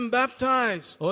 baptized